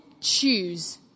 choose